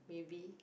maybe